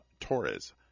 Torres